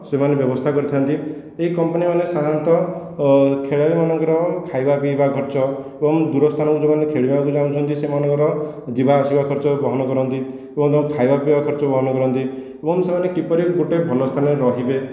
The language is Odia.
ସେମାନେ ବ୍ୟବସ୍ଥା କରିଥାନ୍ତି ଏହି କମ୍ପାନୀମାନେ ସାଧାରଣତଃ ଖେଳାଳିମାନଙ୍କର ଖାଇବା ପିଇବା ଖର୍ଚ୍ଚ ଏବଂ ଦୂର ସ୍ଥାନକୁ ଯେଉଁମାନେ ଖେଳିବାକୁ ଯାଉଛନ୍ତି ସେମାନଙ୍କର ଯିବା ଆସିବା ଖର୍ଚ୍ଚ ବହନ କରନ୍ତି ଏବଂ ତାଙ୍କର ଖାଇବା ପିଇବା ଖର୍ଚ୍ଚ ବହନ କରନ୍ତି ଏବଂ ସେମାନେ କିପରି ଗୋଟିଏ ଭଲ ସ୍ଥାନରେ ରହିବେ